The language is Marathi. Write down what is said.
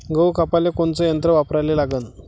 गहू कापाले कोनचं यंत्र वापराले लागन?